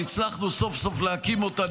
והצלחנו סוף-סוף להקים אותה,